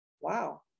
wow